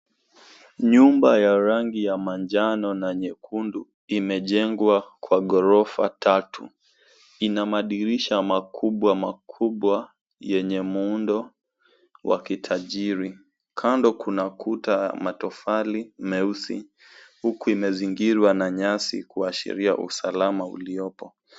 Nyumba ya rangi ya manjano na nyekundu imejengwa kwa gorofa tatu. Ina madirisha makubwa makubwa yenye muundo wa kitajiri. Kando kuna kuta ya matofali meusi huku imezingirwa na nyasi kuashiria usalama uliopo.